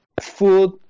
food